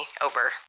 over